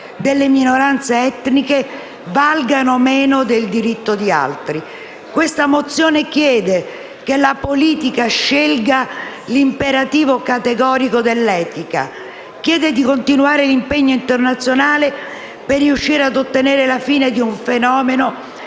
delle minoranze etniche valgono meno del diritto di altri. Questa mozione chiede che la politica scelga l'imperativo categorico dell'etica; chiede di continuare l'impegno internazionale per riuscire ad ottenere la fine di un fenomeno